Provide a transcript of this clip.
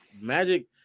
Magic